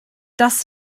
das